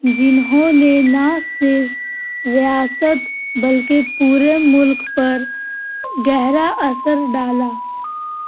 جنہوں نے نہ صرف ریاست بلکہ پورے ملک پر گہرا اثر ڈالا